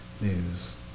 news